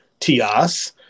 TIAS